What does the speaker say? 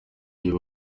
iyo